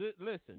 Listen